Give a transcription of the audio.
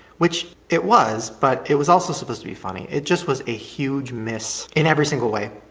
which it was but it was also supposed to be funny. it just was a huge miss in every single way.